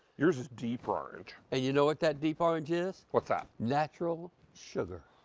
yours is deeper orange. and you know what that deep oranges? what's that? natural sugar.